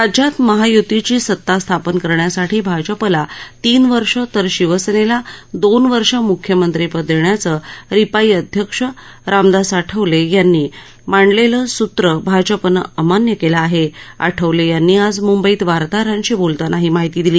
राज्यात महायुतीची सतास्थापन करण्यासाठी भाजपाला तीन वर्ष तर शिवसेनेला दोन वर्ष म्ख्यमंत्रीपद देण्याचं रिपाई अध्यक्ष रामदास आठवले यांनी मांडलेलं सूत्र भाजपानं अमान्य केलं आहे आठवले यांनी आज मुंबईत वार्ताहरांशी बोलताना ही माहिती दिली